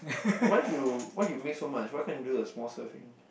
why you why you make so much why can't you do the small serving